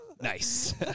Nice